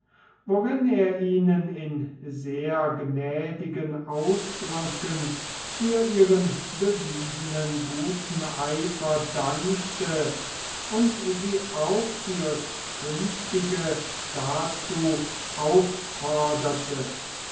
worin er ihnen in sehr gnädigen ausdrücken für ihren bewiesenen guten eifer dankte und sie auch fürs künftige dazu aufforderte